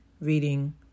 reading